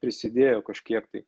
prisidėjo kažkiek tai